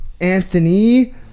Anthony